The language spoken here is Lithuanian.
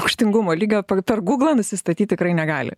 rūgštingumo lygio per guglą nusistatyt tikrai negali